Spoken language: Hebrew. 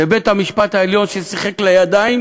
זה בית-המשפט העליון, ששיחק לידיים